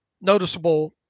noticeable